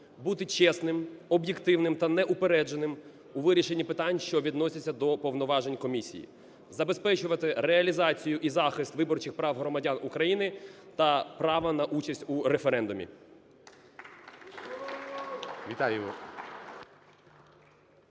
бути чесною, об'єктивною та неупередженою у вирішенні питань, що належать до повноважень комісії, забезпечувати реалізацію і захист виборчих прав громадян України та права на участь у референдумі.